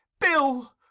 Bill